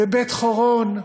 בבית-חורון,